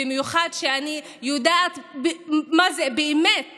במיוחד כי אני יודעת מה זו באמת